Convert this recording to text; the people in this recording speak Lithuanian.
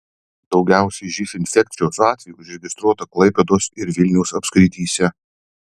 daugiausiai živ infekcijos atvejų užregistruota klaipėdos ir vilniaus apskrityse